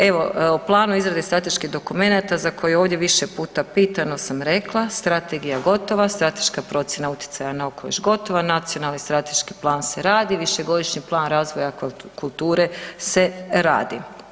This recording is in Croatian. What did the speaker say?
Evo u planu je izrade strateški dokument za koji je ovdje više puta pitano sam rekla, strategija gotova, strateška procjena utjecaja na okoliš gotova, nacionalni strateški plan se radi, višegodišnji plan razvoja kulture se radi.